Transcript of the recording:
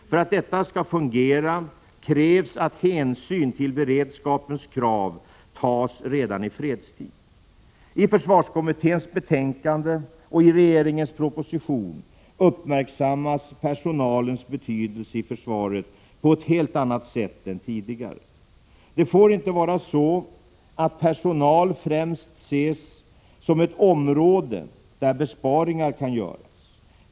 För att detta skall fungera krävs att hänsyn till beredskapens krav tas redan i fredstid. I försvarskommitténs betänkande och i regeringens proposition uppmärksammas personalens betydelse i försvaret på ett helt annat sätt än tidigare. Det får inte vara så att personal främst ses som ett område där besparingar kan göras.